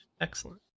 Excellent